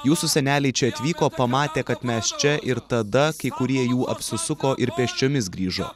jūsų seneliai čia atvyko pamatė kad mes čia ir tada kai kurie jų apsisuko ir pėsčiomis grįžo